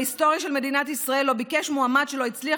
בהיסטוריה של מדינת ישראל לא ביקש מועמד שלא הצליח